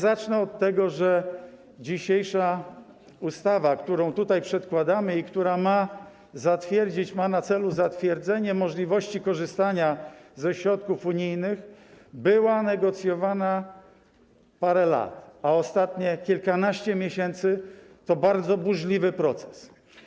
Zacznę od tego, że dzisiejsza ustawa, którą tutaj przedkładamy, która ma na celu zatwierdzenie możliwości korzystania ze środków unijnych, była negocjowana parę lat, a ostatnie kilkanaście miesięcy to był bardzo burzliwy proces.